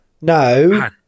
No